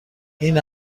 این